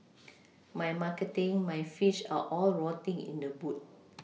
my marketing my fish are all rotting in the boot